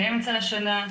באמצע השנה,